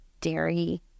dairy